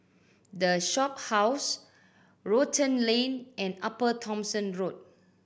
The Shophouse Rotan Lane and Upper Thomson Road